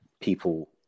people